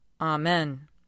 Amen